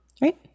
right